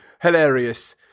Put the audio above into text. Hilarious